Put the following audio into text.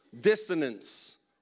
dissonance